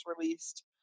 released